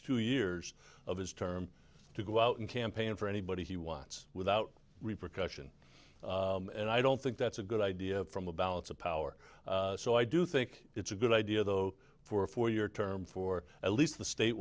two years of his term to go out and campaign for anybody he wants without repercussion and i don't think that's a good idea from a balance of power so i do think it's a good idea though for a four year term for at least the